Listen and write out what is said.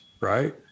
right